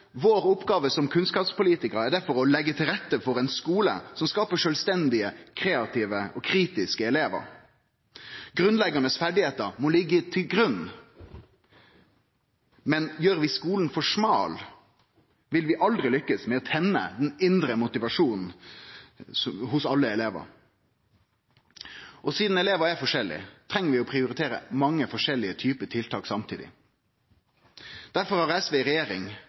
Vår oppgåve som kunnskapspolitikarar er derfor å leggje til rette for ein skole som skaper sjølvstendige, kreative og kritiske elevar. Grunnleggjande ferdigheiter må liggje til grunn, men gjer vi skolen for smal, vil vi aldri lykkast med å tenne den indre motivasjonen hos alle elevar. Sidan elevane er forskjellige, treng vi å prioritere mange forskjellige typar tiltak samtidig. Derfor har SV i regjering